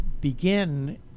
begin